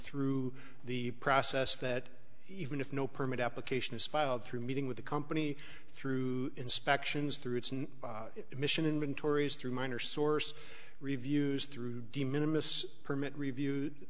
through the process that even if no permit application is filed through meeting with the company through inspections through its mission inventories through minor source reviews through de minimis permit review